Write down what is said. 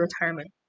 retirement